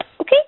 Okay